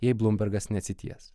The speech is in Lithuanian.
jei blūmbergas neatsities